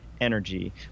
energy